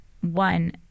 one